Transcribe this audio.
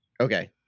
okay